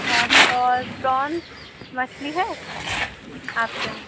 اچھا اور پرونس مچھلی ہے آپ کے یہاں